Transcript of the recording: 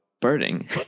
birding